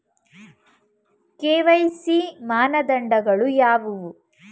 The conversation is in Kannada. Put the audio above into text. ಕೆ.ವೈ.ಸಿ ಮಾನದಂಡಗಳು ಯಾವುವು?